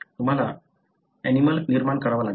तुम्हाला ऍनिमलं निर्माण करावा लागेल